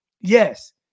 Yes